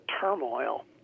turmoil